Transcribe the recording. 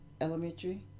Elementary